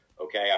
okay